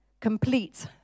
complete